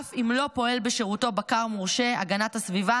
אף אם לא פועל בשירותו בקר מורשה הגנת הסביבה